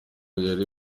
yari